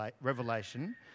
revelation